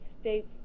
States